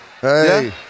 Hey